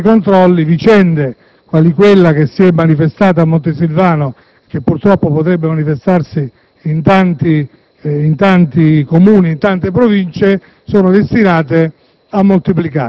perché, senza i controlli, vicende quali quella che si è manifestata a Montesilvano, che purtroppo potrebbero manifestarsi in tanti Comuni, in tante Province, sono destinate